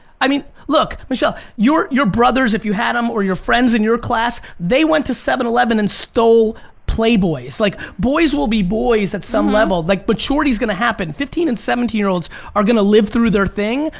i mean look, michelle, your your brothers, if you had em, or your friends in your class, they went to seven eleven and stole playboys, like boys will be boys at some level, like maturity's gonna happen. fifteen and seventeen year olds are gonna live through their thing.